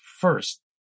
first